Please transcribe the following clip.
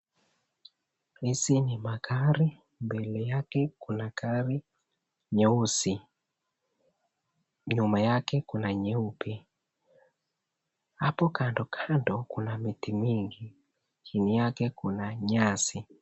Hizi ni magari mbele yake kuna gari nyeusi , nyuma yake kuna nyeupe ,hapo kando kando kuna miti mingi chini yake kuna nyasi.